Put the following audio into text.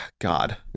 god